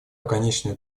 конечная